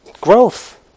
Growth